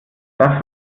das